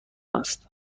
است